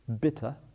bitter